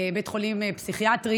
בית חולים פסיכיאטרי,